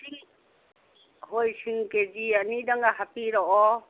ꯍꯣꯏ ꯁꯤꯡ ꯀꯦ ꯖꯤ ꯑꯅꯤꯗꯪꯒ ꯍꯥꯞꯄꯤꯔꯛꯑꯣ